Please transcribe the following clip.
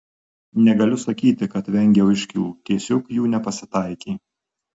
negaliu sakyti kad vengiau iškylų tiesiog jų nepasitaikė